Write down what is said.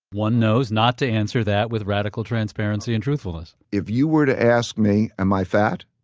one knows not to answer that with radical transparency and truthfulness if you were to ask me, am i fat?